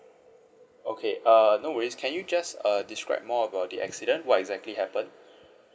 okay uh no worries can you just uh describe more about the accident what exactly happened